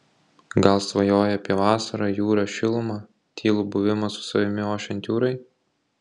gal svajoji apie vasarą jūrą šilumą tylų buvimą su savimi ošiant jūrai